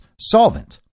solvent